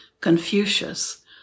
Confucius